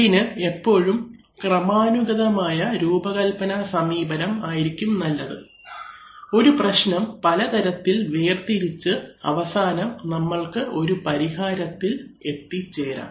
അതിന് എപ്പോഴും ക്രമാനുഗതമായ രൂപകൽപ്പന സമീപനം ആയിരിക്കും നല്ലത് ഒരു പ്രശ്നം പലതരത്തിൽ വേർതിരിച്ച് അവസാനം നമ്മൾക്ക് ഒരു പരിഹാരത്തിൽ എത്തിച്ചേരാം